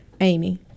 Amy